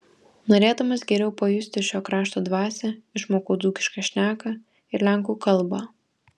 norėdamas geriau pajusti šio krašto dvasią išmokau dzūkišką šneką ir lenkų kalbą